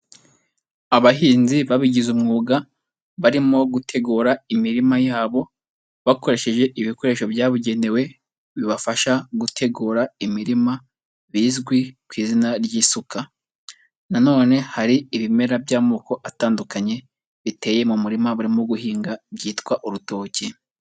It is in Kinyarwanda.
Abahinzi babigize umwuga, barimo gutegura imirima yabo, bakoresheje ibikoresho byabugenewe, bibafasha gutegura imirima, bizwi ku izina ry'isuka, nanone hari ibimera by'amoko atandukanye, biteye mu murima barimo guhinga byitwa urutoki.